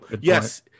yes